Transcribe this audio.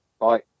Bye